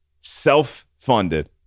self-funded